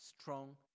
strong